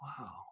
wow